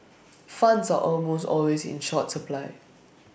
funds are almost always in short supply